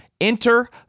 Enter